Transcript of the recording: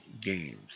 games